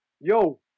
yo